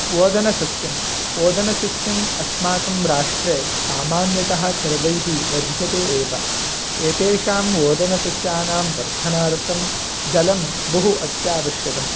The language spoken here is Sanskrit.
ओदनसस्यम् ओदनसस्यम् अस्माकं राष्ट्रे सामान्यतः सर्वैः वर्ध्यते एव एतेषां ओदनसस्यानां वर्धनार्थं जलं बहु अत्यावश्यकम्